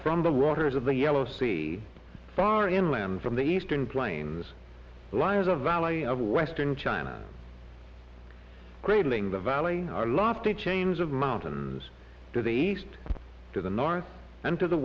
from the waters of the yellow sea far inland from the eastern plains lies a valley of western china cradling the valley are lofty chains of mountains to the east to the north and to the